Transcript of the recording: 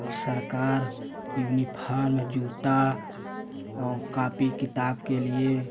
और सरकार टिफन जूता और कॉपी किताब के लिए